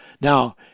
now